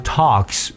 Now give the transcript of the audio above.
talks